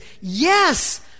yes